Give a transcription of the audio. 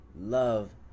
love